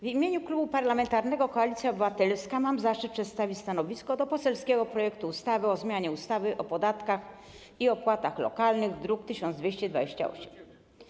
W imieniu Klubu Parlamentarnego Koalicja Obywatelska mam zaszczyt przedstawić stanowisko wobec poselskiego projektu ustawy o zmianie ustawy o podatkach i opłatach lokalnych, druk nr 1228.